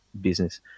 business